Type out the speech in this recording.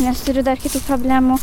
nes turiu dar kitų problemų